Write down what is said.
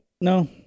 No